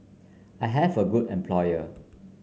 I have a good employer